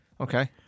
Okay